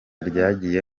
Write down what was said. ryagiye